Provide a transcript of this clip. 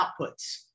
outputs